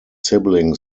sibling